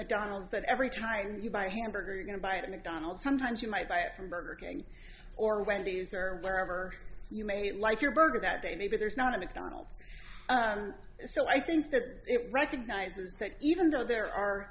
mcdonald's that every time you buy hamburger you're going to buy it at mcdonald's sometimes you might buy it from burger king or wendy's or wherever you may like your burger that day but there's not a mcdonald's so i think that it recognizes that even though there are